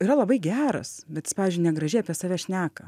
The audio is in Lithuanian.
yra labai geras bet jis pavyzdžiui negražiai apie save šneka